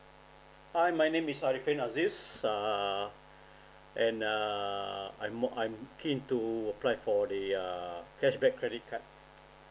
hi my name is alifan azis err and err I'm mo~ I'm keen to apply for the err cashback credit cards